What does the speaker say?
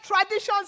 traditions